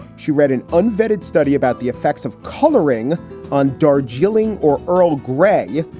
she read an unvetted study about the effects of coloring on darjeeling or earl grey.